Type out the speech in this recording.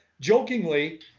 jokingly